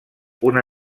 una